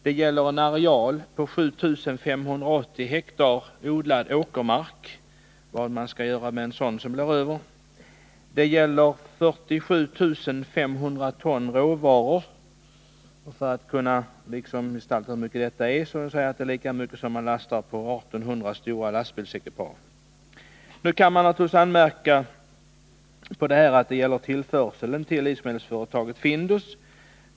Det gäller en areal på 7 580 hektar odlad åkermark och vad man skall göra med den som blir över. Det gäller 47 500 ton råvaror. För att man skall få ett begrepp om hur mycket detta är vill jag säga att det är lika mycket som man lastar på 1 800 stora lastbilsekipage. Nu kan man naturligtvis anmärka mot detta att det gäller tillförseln till livsmedelsföretaget Findus.